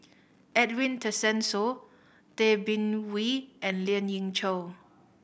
Edwin Tessensohn Tay Bin Wee and Lien Ying Chow